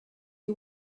you